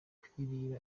kwirira